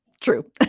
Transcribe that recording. true